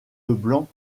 leblanc